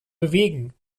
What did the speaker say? bewegen